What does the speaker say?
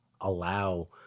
allow